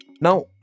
Now